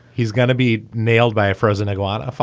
he's gonna be nailed by a frozen iguana.